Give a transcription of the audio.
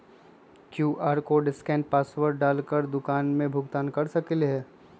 QR code scan password डाल कर दुकान में भुगतान कर सकलीहल?